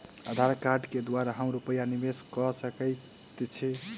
आधार कार्ड केँ द्वारा हम रूपया निवेश कऽ सकैत छीयै?